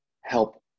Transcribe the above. help